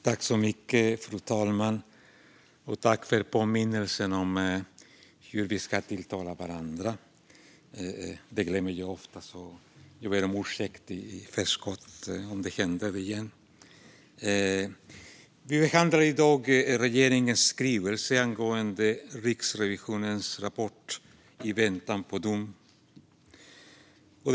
Fru talman! Vi behandlar i dag regeringens skrivelse angående Riksrevisionens rapport I väntan på dom - migrationsdomstolarnas handläggningstider i asylmål .